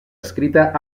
escrita